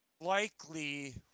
likely